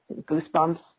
goosebumps